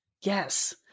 Yes